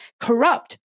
corrupt